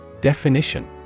Definition